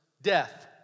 Death